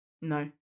No